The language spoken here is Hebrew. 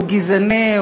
הוא גזעני,